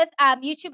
YouTube